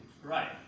Right